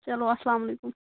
چلو اَسلام علیکُم